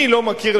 אני לא מכיר,